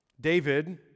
David